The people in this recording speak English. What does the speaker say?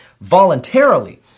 voluntarily